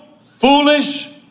foolish